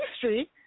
history